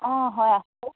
অঁ হয় আছোঁ